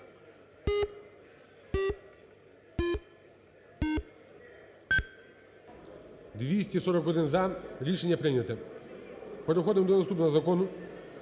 За-241 Рішення прийняте. Переходимо до наступного закону,